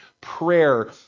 Prayer